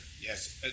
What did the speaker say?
Yes